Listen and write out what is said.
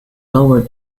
lower